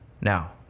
Now